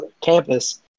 campus